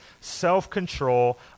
self-control